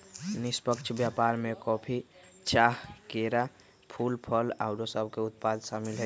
निष्पक्ष व्यापार में कॉफी, चाह, केरा, फूल, फल आउरो सभके उत्पाद सामिल हइ